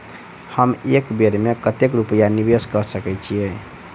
हम एक बेर मे कतेक रूपया निवेश कऽ सकैत छीयै?